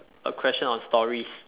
a question on story